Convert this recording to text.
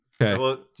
Okay